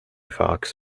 fox